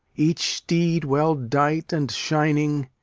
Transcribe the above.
each steed well dight and shining,